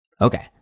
Okay